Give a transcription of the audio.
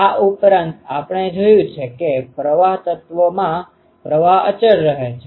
આ ઉપરાંત આપણે જોયું છે કે પ્રવાહ તત્વમાં પ્રવાહ અચળ રહે છે